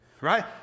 Right